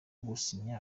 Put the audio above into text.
gusinya